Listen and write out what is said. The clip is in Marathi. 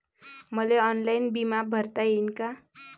मले ऑनलाईन बिमा भरता येईन का?